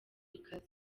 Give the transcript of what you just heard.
ikaze